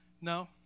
No